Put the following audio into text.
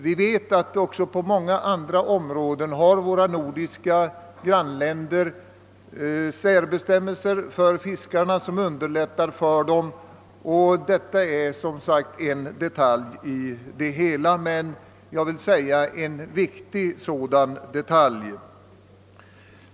Vi vet att våra nordiska grannländer också på många andra områden tillämpar särbestämmelser som underlättar fiskarnas villkor. Detta är som sagt en detalj, men en viktig detalj.